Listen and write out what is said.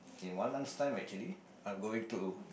in one month time actually I'm going to